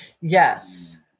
yes